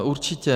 Určitě.